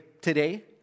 today